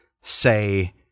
say